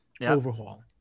overhaul